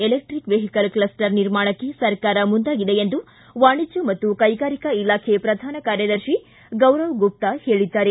electric vehicle cluster ನಿರ್ಮಾಣಕ್ಕೆ ಸರ್ಕಾರ ಮುಂದಾಗಿದೆ ಎಂದು ವಾಣಿಜ್ಯ ಮತ್ತು ಕೈಗಾರಿಕಾ ಇಲಾಖೆ ಪ್ರಧಾನ ಕಾರ್ಯದರ್ತಿ ಗೌರವ್ ಗುಪ್ತ ಹೇಳಿದ್ದಾರೆ